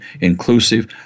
inclusive